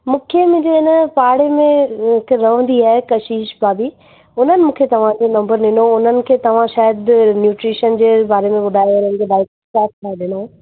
मूंखे मुंहिंजे हिन पाड़े में हिकु रहंदी आहे कशिश भाभी उन्हनि मूंखे तव्हांजो नंबर ॾिनो हुओ उन्हनि खे तव्हां शायदि न्यूट्रिशन जे बारे में ॿुधायो उन्हनि खे डाइट चाट ठाहे ॾिनो